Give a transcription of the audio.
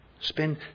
spend